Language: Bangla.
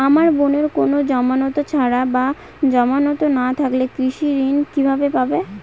আমার বোনের কোন জামানত ছাড়া বা জামানত না থাকলে কৃষি ঋণ কিভাবে পাবে?